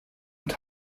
und